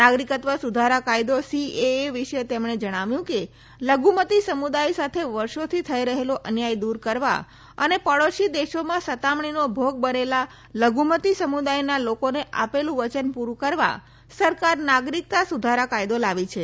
નાગરિકત્વ સુધારા કાયદો સીએએ વિશે તેમણે જણાવ્યું કે લધુમતી સમુદાય સાથે વર્ષોથી થઈ રહેલો અન્યાય દૂર કરવા અને પડોશી દેશોમાં સતામણીના ભોગ બનેલા લધુમતી સમુદાયના લોકોને આપેલું વચન પુડું કરવા સરકાર નાગરિકતા સુધારા કાયદો લાવી છે